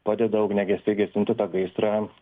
padeda ugniagesiai gesinti gaisrą